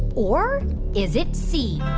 or is it c,